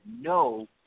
No